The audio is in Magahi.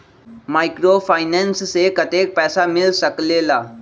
माइक्रोफाइनेंस से कतेक पैसा मिल सकले ला?